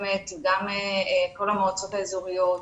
גם כל המועצות האזוריות,